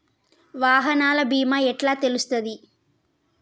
వాహనాల బీమా ఎట్ల తెలుస్తది?